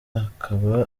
akaba